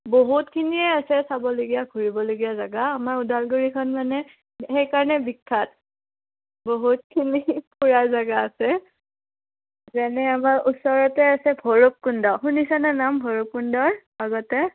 বহুতখিনিয়ে আছে চাবলগীয়া ঘূৰিবলগীয়া জেগা আমাৰ ওদালগুৰিখন মানে সেইকাৰণে বিখ্যাত বহুতখিনি ফুৰা জেগা আছে যেনে আমাৰ ওচৰতে আছে ভৈৰৱকুণ্ড শুনিছানাে নাম ভৈৰৱকুণ্ডৰ আগতে